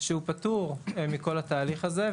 שפטור מכל התהליך הזה.